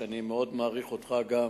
ואני מאוד מעריך אותך גם